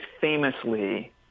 famously